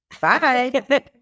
Bye